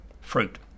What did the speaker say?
Fruit